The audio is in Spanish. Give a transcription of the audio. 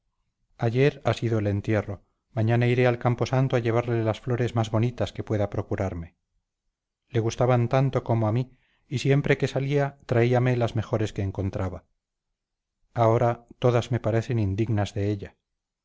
ayer ha sido el entierro mañana iré al camposanto a llevarle las flores más bonitas que pueda procurarme le gustaban tanto como a mí y siempre que salía traíame las mejores que encontraba ahora todas me parecen indignas de ella